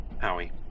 Howie